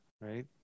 right